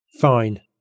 Fine